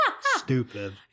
Stupid